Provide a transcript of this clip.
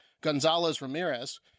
Gonzalez-Ramirez